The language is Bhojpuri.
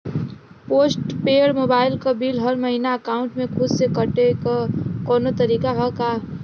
पोस्ट पेंड़ मोबाइल क बिल हर महिना एकाउंट से खुद से कटे क कौनो तरीका ह का?